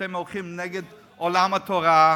שאתם הולכים נגד עולם התורה,